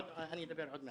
אני אדבר עוד מעט.